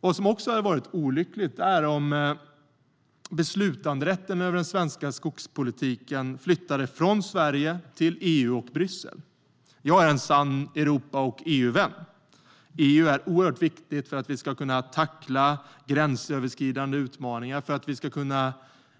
Vad som också skulle vara olyckligt är om beslutanderätten över den svenska skogspolitiken flyttade från Sverige till EU och Bryssel. Jag är en sann Europa och EU-vän. EU är oerhört viktigt för att vi ska kunna tackla gränsöverskridande utmaningar,